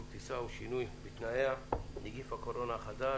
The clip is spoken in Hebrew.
טיסה או שינוי בתנאיה) (נגיף הקורונה החדש,